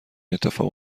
اتفاق